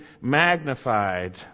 magnified